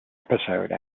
episode